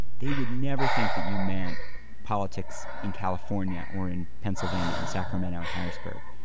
they would never think that you meant politics in california or in pennsylvania, in sacramento, in harrisburg.